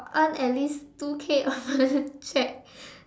earn as least two K a month check